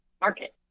market